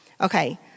Okay